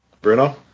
Bruno